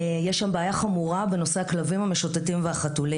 יש שם בעיה חמורה בנושא הכלבים והחתולים המשוטטים.